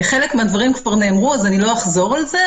חלק מן הדברים כבר נאמרו אז לא אחזור עליהם,